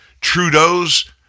Trudeau's